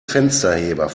fensterheber